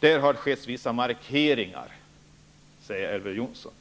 har man gjort vissa markeringar, säger Elver Jonsson.